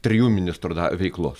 trijų ministrų na veiklos